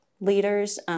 leaders